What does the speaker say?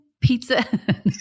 pizza